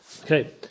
Okay